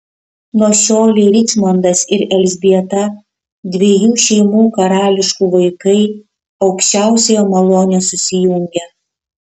nuo šiolei ričmondas ir elzbieta dviejų šeimų karališkų vaikai aukščiausiojo malone susijungia